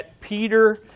Peter